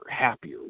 happier